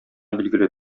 билгеле